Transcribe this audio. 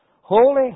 Holy